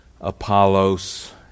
Apollos